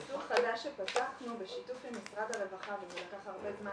זה מסלול חדש שפתחנו בשיתוף עם משרד הרווחה וזה לקח הרבה זמן